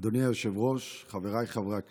אדוני היושב-ראש, חבריי חברי הכנסת,